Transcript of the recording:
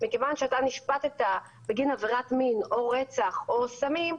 מכיוון שאתה נשפטת בגין עבירת מין או רצח או סמים,